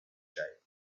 shape